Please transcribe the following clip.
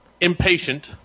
impatient